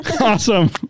Awesome